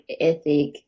ethic